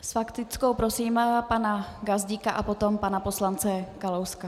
S faktickou prosím pana Gazdíka a potom pana poslance Kalouska.